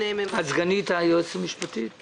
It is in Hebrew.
את סגנית היועצת המשפטית של המשרד?